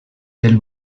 del